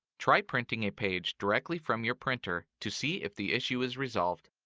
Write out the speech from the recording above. try printing a page directly from your printer to see if the issue is resolved.